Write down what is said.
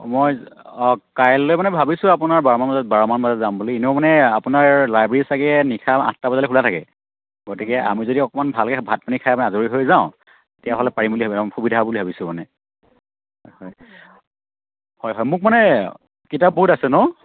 মই অ' কাইলৈ মানে ভাবিছোঁ আপোনাৰ বাৰমান বাৰমান বজাত যাম বুলি এনেও মানে আপোনাৰ লাইব্ৰেৰী ছাগে নিশা আঠটা বজালৈ খোলা থাকে গতিকে আমি যদি অকণমান ভালকৈ ভাত পানী খাই আজৰি হৈ যাওঁ তেতিয়াহ'লে পাৰিম বুলি সুবিধা হ'ব বুলি ভাবিছোঁ মানে হয় হয় মোক মানে কিতাপ বহুত আছে ন